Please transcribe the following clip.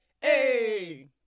Hey